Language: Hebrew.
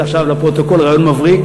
נגיד עכשיו לפרוטוקול: רעיון מבריק,